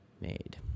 made